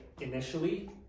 initially